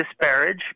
disparage